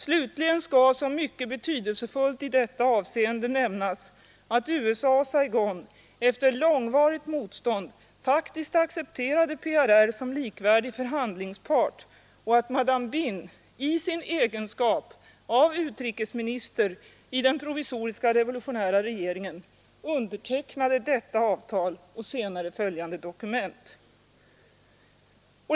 Slutligen skall som mycket betydelsefullt i detta avseende nämnas att USA och Saigon efter långvarigt motstånd faktiskt accepterade PRR som likvärdig förhandlingspart samt att Madame Binh i egenskap av utrikesminister i PRR undertecknade detta avtal och senare följande dokument.